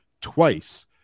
twice